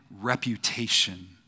reputation